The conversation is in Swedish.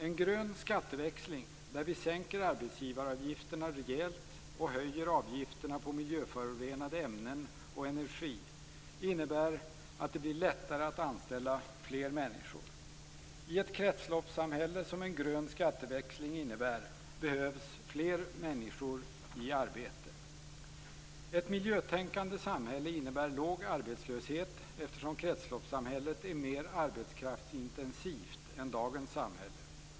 En grön skatteväxling, där vi sänker arbetsgivaravgifterna rejält och höjer avgifterna på miljöförorenande ämnen och energi, innebär att det blir lättare att anställa fler människor. I ett kretsloppssamhälle, som en grön skatteväxling innebär, behövs fler människor i arbete. Ett miljötänkande samhälle innebär låg arbetslöshet, eftersom kretsloppssamhället är mer arbetskraftsintensivt än dagens samhälle.